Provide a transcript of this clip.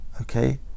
okay